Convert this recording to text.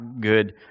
good